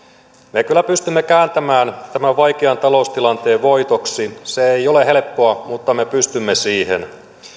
me kyllä pystymme kääntämään tämän vaikean taloustilanteen voitoksi se ei ole helppoa mutta me pystymme siihen